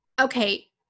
Okay